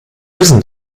isn’t